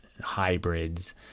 hybrids